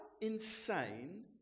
insane